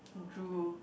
drool